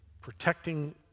protecting